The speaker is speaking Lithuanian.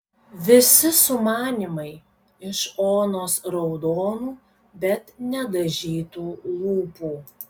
visi sumanymai iš onos raudonų bet nedažytų lūpų